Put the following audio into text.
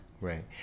Right